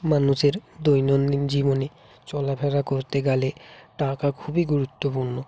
মানুষের দৈনন্দিন জীবনে চলাফেরা করতে গেলে টাকা খুবই গুরুত্বপূর্ণ